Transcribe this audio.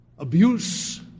abuse